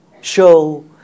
show